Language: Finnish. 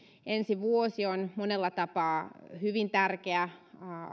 ensi vuosi on monella tapaa hyvin tärkeä